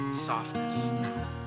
softness